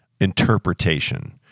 interpretation